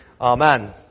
Amen